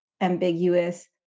ambiguous